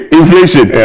inflation